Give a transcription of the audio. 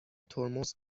ترمز